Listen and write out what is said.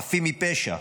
חפים מפשע.